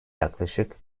yaklaşık